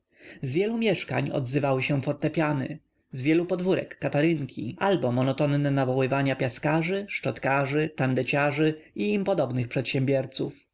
wielu mieszkań odzywały się fortepiany z wielu podwórek katarynki albo monotonne nawoływania piaskarzy szczotkarzy tandeciarzy i im podobnych przedsiębierców